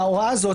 ההוראה הזאת,